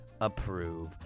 approve